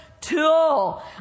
tool